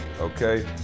okay